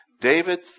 David